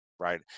right